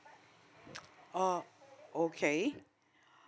oh okay